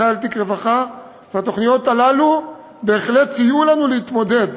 אחראי לתיק רווחה והתוכניות האלה בהחלט סייעו לנו להתמודד